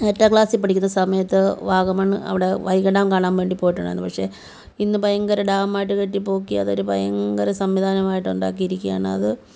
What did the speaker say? എട്ടാം ക്ലാസ്സിൽ പഠിക്കുന്ന സമയത്ത് വാഗമണ്ണ് അവിടെ വൈഗാ ഡാമ് കാണാൻ വേണ്ടി പോയിട്ടുണ്ടായിരുന്നു പക്ഷേ ഇന്ന് ഭയങ്കര ഡാമായിട്ട് കെട്ടി പൊക്കി അതൊരു ഭയങ്കര സംവിധാനമായിട്ട് ഉണ്ടാക്കിയിരിക്കുകയാണത്